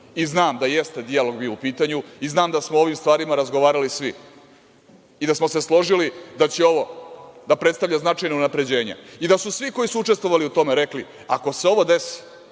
i znam da jeste dijalog u pitanju i znam da smo o ovim stvarima razgovarali svi i da smo se složili da će ovo da predstavlja značajna unapređenja i da su svi koji su učestvovali u tome rekli – ako se ovo desi,